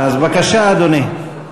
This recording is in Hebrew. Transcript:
בבקשה, אדוני.